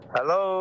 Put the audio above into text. Hello